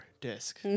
disc